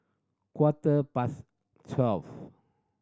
quarter past twelve